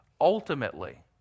ultimately